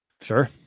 Sure